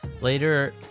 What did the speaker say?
Later